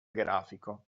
grafico